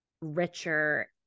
richer